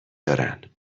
دارن